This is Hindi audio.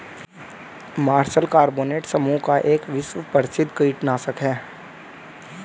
मार्शल कार्बोनेट समूह का एक विश्व प्रसिद्ध कीटनाशक है